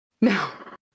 No